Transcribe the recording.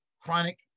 chronic